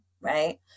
Right